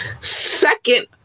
second